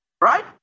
Right